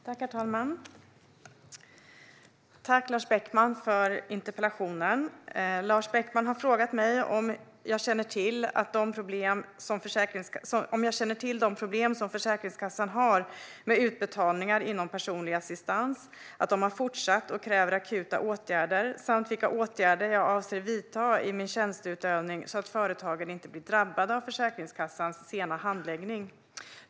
Herr talman! Tack, Lars Beckman, för interpellationen! Lars Beckman har frågat mig om jag känner till att de problem som Försäkringskassan har med utbetalningar inom personlig assistans har fortsatt och kräver akuta åtgärder samt vilka åtgärder jag avser att vidta i min tjänsteutövning så att företagen inte blir drabbade av Försäkringskassans sena handläggning.